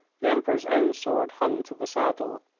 the emperor's own sword hung to the saddle.